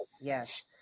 Yes